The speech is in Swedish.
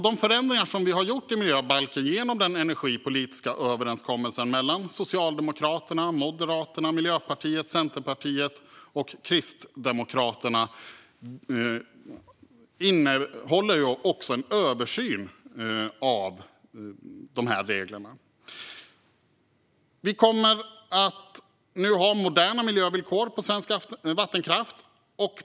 De förändringar som vi har gjort i miljöbalken genom den energipolitiska överenskommelsen mellan Socialdemokraterna, Moderaterna, Miljöpartiet, Centerpartiet och Kristdemokraterna innehåller också en översyn av reglerna. Vi kommer nu att ha moderna miljövillkor för svensk vattenkraft.